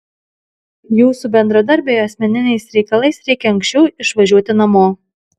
jūsų bendradarbiui asmeniniais reikalais reikia anksčiau išvažiuoti namo